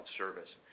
service